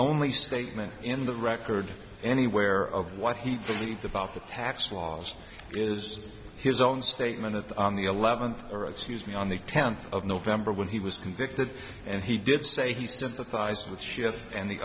only statement in the record anywhere of what he believed about the tax laws is his own statement of on the eleventh hour as he has me on the tenth of november when he was convicted and he did say he sympathised with shift and the